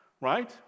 right